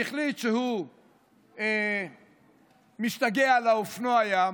והחליט שהוא משתגע על אופנוע הים,